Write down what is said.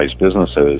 businesses